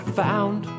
found